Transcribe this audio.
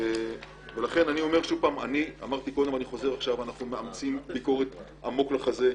אני אמרתי ואני חוזר ואומר: אנחנו מאמצים ביקורת עמוק לחזה,